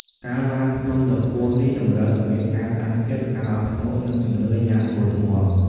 ការឡើងភ្នំដ៏ខ្ពស់នេះ តម្រូវឱ្យមានការតាំងចិត្ត ការអត់ធ្មត់ និងជំនឿយ៉ាងមុតមាំ។